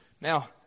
Now